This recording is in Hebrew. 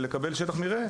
למרות כל